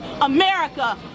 America